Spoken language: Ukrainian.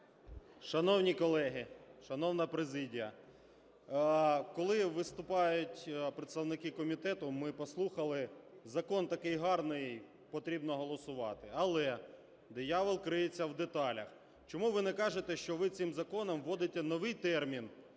Шановні колеги, шановна президія! Коли виступали представники комітету, ми послухали, закон такий гарний, потрібно голосувати. Але диявол криється в деталях. Чому ви не кажете, що ви цим законом вводити новий термін